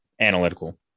analytical